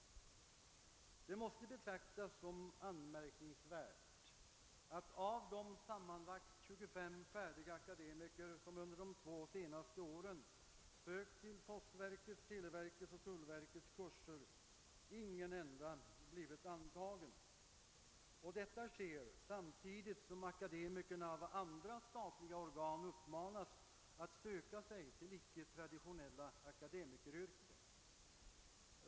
Det måste betraktas som anmärkningsvärt att av de sammanlagt 25 färdiga akademiker som under de två senaste åren har sökt till postverkets, televerkets och tullverkets kurser ingen enda blivit antagen. Och detta sker samtidigt som akademiker av andra statliga organ uppmanas att söka sig till icke traditionelia akademikeryrken.